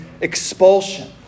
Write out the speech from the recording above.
expulsion